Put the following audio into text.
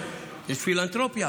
יש פילנתרופיה.